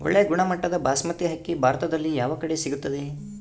ಒಳ್ಳೆ ಗುಣಮಟ್ಟದ ಬಾಸ್ಮತಿ ಅಕ್ಕಿ ಭಾರತದಲ್ಲಿ ಯಾವ ಕಡೆ ಸಿಗುತ್ತದೆ?